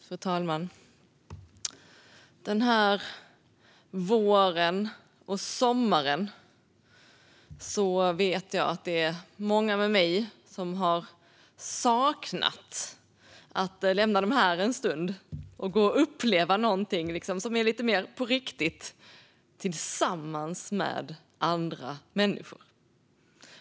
Fru talman! Jag vet att det är många med mig som den här våren och sommaren har saknat att lämna telefonen en stund och gå och uppleva någonting som är lite mer på riktigt och tillsammans med andra människor.